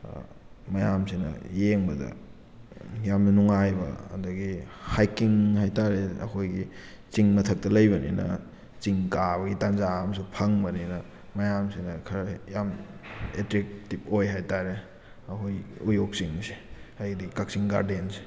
ꯃꯌꯥꯝꯁꯤꯅ ꯌꯦꯡꯕꯗ ꯌꯥꯝꯅ ꯅꯨꯡꯉꯥꯏꯕ ꯑꯗꯒꯤ ꯍꯥꯏꯛꯀꯤꯡ ꯍꯥꯏꯇꯥꯔꯦ ꯑꯩꯈꯣꯏꯒꯤ ꯆꯤꯡ ꯃꯊꯛꯇ ꯂꯩꯕꯅꯤꯅ ꯆꯤꯡ ꯀꯥꯕꯒꯤ ꯇꯥꯟꯖꯥ ꯑꯃꯁꯨ ꯐꯪꯕꯅꯤꯅ ꯃꯌꯥꯝꯁꯤꯅ ꯈꯔ ꯍꯦꯛ ꯌꯥꯝ ꯑꯦꯇ꯭ꯔꯦꯛꯇꯤꯕ ꯑꯣꯏ ꯍꯥꯏꯇꯥꯔꯦ ꯑꯩꯈꯣꯏꯒꯤ ꯎꯌꯣꯛ ꯆꯤꯡꯁꯦ ꯍꯥꯏꯗꯤ ꯀꯛꯆꯤꯡ ꯒꯥꯔꯗꯦꯟꯁꯦ